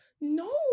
No